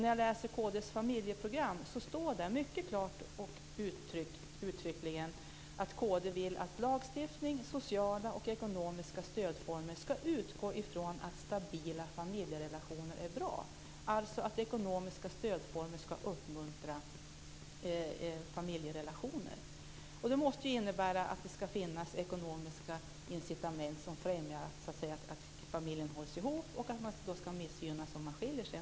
När jag läser kd:s familjeprogram står där uttryckligen att kd vill att lagstiftning och sociala och ekonomiska stödformer ska utgå ifrån att stabila familjerelationer är bra. Ekonomiska stödformer ska alltså uppmuntra familjerelationer. Det måste innebära att det ska finnas ekonomiska incitament som främjar att familjen hålls ihop och att man ska missgynnas om man skiljer sig.